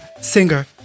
singer